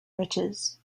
riches